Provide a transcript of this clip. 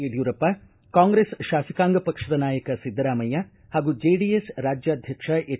ಯಡ್ಕೂರಪ್ಪ ಕಾಂಗ್ರೆಸ್ ಶಾಸಕಾಂಗ ಪಕ್ಷದ ನಾಯಕ ಸಿದ್ದರಾಮಯ್ಯ ಹಾಗೂ ಜೆಡಿಎಸ್ ರಾಜ್ಯಾಧ್ಯಕ್ಷ ಎಚ್